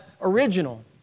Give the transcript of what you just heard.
original